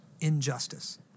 injustice